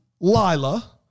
Lila